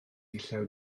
llew